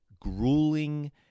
grueling